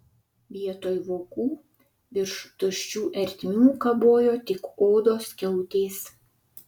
vietoj vokų virš tuščių ertmių kabojo tik odos skiautės